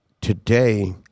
today